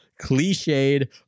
cliched